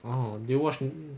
orh do you watch